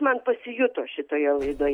man pasijuto šitoje laidoje